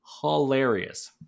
hilarious